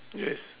yes